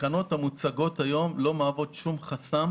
התקנות המוצגות היום לא מהוות שום חסם